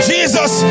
Jesus